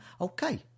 Okay